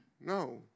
No